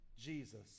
Jesus